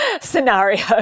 scenario